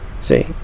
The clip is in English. See